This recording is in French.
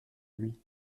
lui